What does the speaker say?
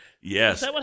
Yes